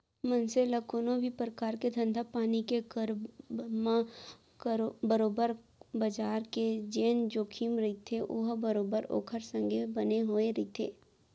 मनसे ल कोनो भी परकार के धंधापानी के करब म बरोबर बजार के जेन जोखिम रहिथे ओहा बरोबर ओखर संग बने होय रहिथे